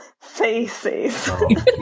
Faces